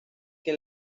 que